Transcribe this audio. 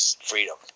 freedom